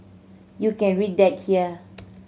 you can read that here